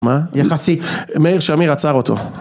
מה? יחסית. מאיר שמיר עצר אותו